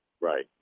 right